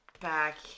back